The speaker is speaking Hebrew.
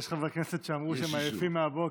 יש חברי כנסת שאמרו שהם עייפים מהבוקר.